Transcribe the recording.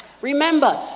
Remember